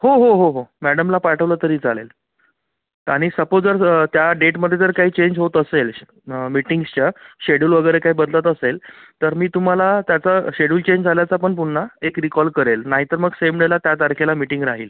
हो हो हो हो मॅडमला पाठवलं तरी चालेल आणि सपोज जर जं त्या डेटमध्ये जर काही चेंज होत असेल श् मिटिंग्सच्या शेड्यूल वगैरे काय बदलत असेल तर मी तुम्हाला त्याचं शेड्यूल चेंज झाल्याचा पण पुन्हा एक रिकॉल करेल नाहीतर मग सेम डेला त्या तारखेला मिटिंग राहील